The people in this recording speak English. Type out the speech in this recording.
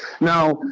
Now